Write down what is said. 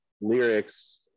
lyrics